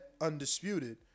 undisputed